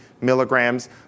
milligrams